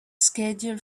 schedule